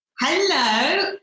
Hello